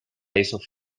esos